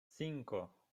cinco